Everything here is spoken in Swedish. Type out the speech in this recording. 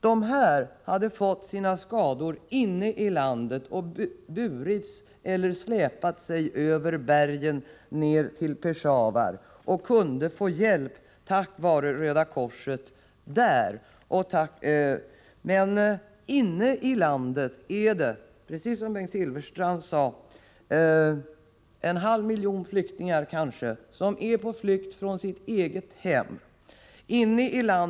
Dessa barn hade fått sina skador inne i landet och burits eller släpat sig över bergen ned till Peshawar. De kunde få hjälp tack vare Röda korset där. Men inne i landet är det, precis som Bengt Silfverstrand sade, en halv miljon människor på flykt från sina egna hem.